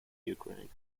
ukraine